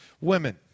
women